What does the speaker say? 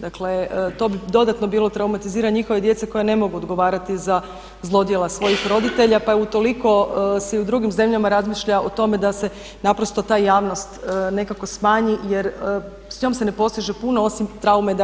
Dakle, to bi dodatno bilo traumatiziranje njihove djece koja ne mogu odgovarati za zlodjela svojih roditelja pa i utoliko se i u drugim zemljama razmišlja o tome da se naprosto ta javnost nekako smanji jer s njom se ne postiže puno osim traume